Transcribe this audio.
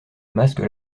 masque